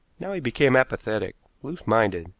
now he became apathetic, loose-minded,